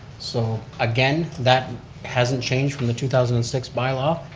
so again, that hasn't changed for the two thousand and six by-law.